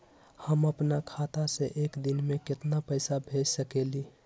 हम अपना खाता से एक दिन में केतना पैसा भेज सकेली?